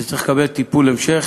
זה צריך לקבל טיפול המשך